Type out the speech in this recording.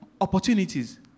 Opportunities